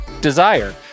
Desire